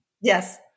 Yes